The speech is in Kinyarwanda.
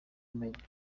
bumenyi